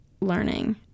learning